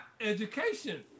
education